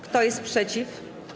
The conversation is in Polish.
Kto jest przeciw?